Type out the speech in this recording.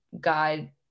guide